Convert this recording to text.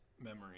memory